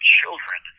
children